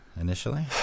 initially